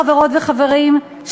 חברות וחברים,